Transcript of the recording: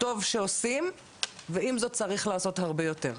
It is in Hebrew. טוב שעושים ועם זאת צריך לעשות הרבה יותר.